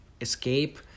escape